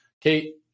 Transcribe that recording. Kate